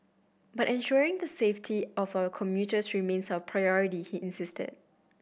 but ensuring the safety of our commuters remains our priority he insisted